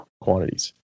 quantities